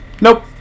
nope